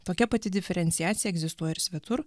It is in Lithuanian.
tokia pati diferenciacija egzistuoja ir svetur